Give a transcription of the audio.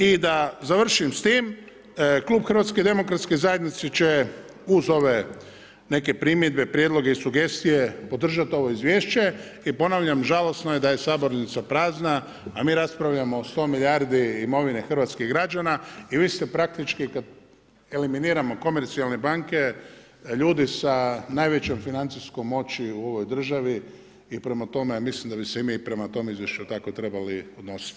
I da završim s tim, klub Hrvatske demokratske zajednice će, uz ove neke primjedbe, prijedloge i sugestije, podržat ovo izvješće i ponavljam, žalosno je da je sabornica prazna, a mi raspravljamo o 100 milijardi imovine hrvatskih građana i vi ste praktički kad eliminiramo komercijalne banke ljudi sa najvećom financijskom moći u ovoj državi i prema tome mislim da bi se i mi prema tom izvješću tako trebali odnosit.